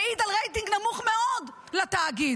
מעיד על רייטינג נמוך מאוד לתאגיד.